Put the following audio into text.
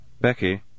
Becky